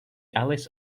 alice